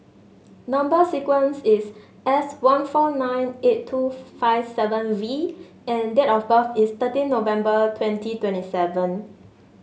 number sequence is S one four nine eight two five seven V and date of birth is thirteen November twenty twenty seven